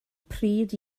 pryd